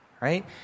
right